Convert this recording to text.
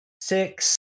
six